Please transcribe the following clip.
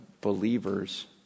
believers